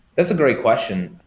that's a great question.